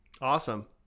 Awesome